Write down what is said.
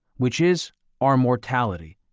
which is our mortality.